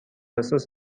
اساس